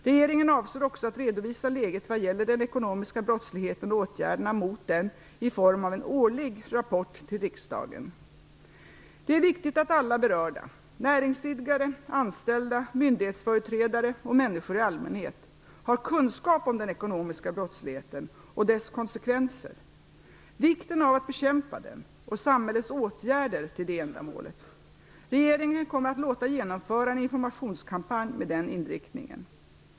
Regeringen avser också att redovisa läget vad gäller den ekonomiska brottsligheten och åtgärderna mot den i form av en årlig rapport till riksdagen. Det är viktigt att alla berörda - näringsidkare, anställda, myndighetsföreträdare och människor i allmänhet - har kunskap om den ekonomiska brottsligheten och dess konsekvenser, vikten av att bekämpa den och samhällets åtgärder till det ändamålet. Regeringen kommer att låta genomföra en informationskampanj med den inriktningen.